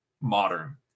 modern